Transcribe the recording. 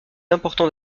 important